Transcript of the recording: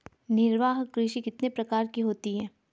निर्वाह कृषि कितने प्रकार की होती हैं?